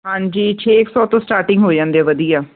ਹਾਂਜੀ ਛੇ ਸੋ ਤੋਂ ਸਟਾਰਟਿੰਗ ਹੋ ਜਾਂਦੇ ਵਧੀਆ